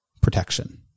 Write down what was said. protection